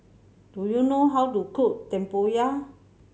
do you know how to cook tempoyak